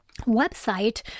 website